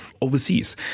overseas